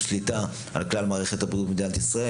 שליטה על כלל מערכת הבריאות במדינת ישראל,